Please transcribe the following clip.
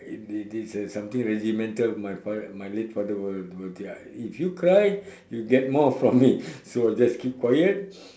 it it is a something regimental my father my late father will will be ya if you cry you get more from me so you just keep quiet